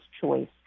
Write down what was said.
choice